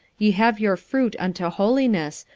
ye have your fruit unto holiness,